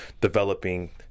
developing